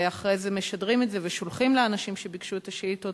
ואחרי זה משדרים את זה ושולחים לאנשים שביקשו את השאילתות,